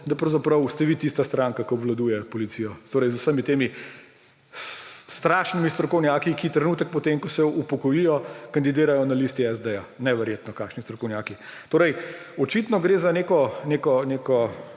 da pravzaprav ste vi tista stranka, ki obvladuje Policijo, torej z vsemi temi strašnimi strokovnjaki, ki trenutek po tem, ko se upokojijo, kandidirajo na listi SD, neverjetno, kakšni strokovnjaki. Očitno gre za neko